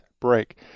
break